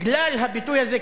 בגלל הביטוי הזה,